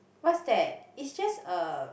what's that it's just a